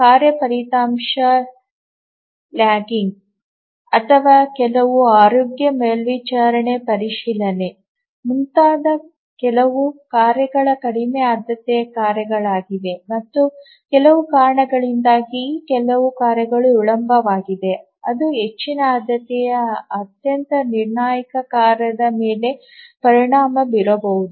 ಕಾರ್ಯ ಫಲಿತಾಂಶ ಲಾಗಿಂಗ್ ಅಥವಾ ಕೆಲವು ಆರೋಗ್ಯ ಮೇಲ್ವಿಚಾರಣೆ ಪರಿಶೀಲನೆ ಮುಂತಾದ ಕೆಲವು ಕಾರ್ಯಗಳು ಕಡಿಮೆ ಆದ್ಯತೆಯ ಕಾರ್ಯಗಳಾಗಿವೆ ಮತ್ತು ಕೆಲವು ಕಾರಣಗಳಿಂದಾಗಿ ಈ ಕೆಲವು ಕಾರ್ಯಗಳು ವಿಳಂಬವಾದರೆ ಅದು ಹೆಚ್ಚಿನ ಆದ್ಯತೆಯ ಅತ್ಯಂತ ನಿರ್ಣಾಯಕ ಕಾರ್ಯದ ಮೇಲೆ ಪರಿಣಾಮ ಬೀರಬಹುದು